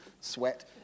sweat